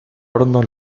horno